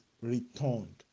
returned